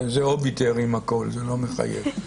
זה אוביטרים הכול, זה לא מחייב.